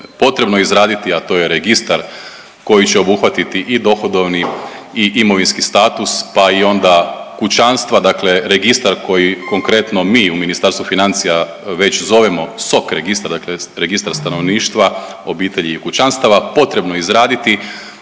potrebno izraditi, a to je registar koji će obuhvatiti i dohodovni i imovinski status pa i onda kućanstva dakle registar koji konkretno mi u Ministarstvu financija već zovemo SOK registar dakle registar stanovništva, obitelji i kućanstava potrebno izraditi.